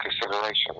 consideration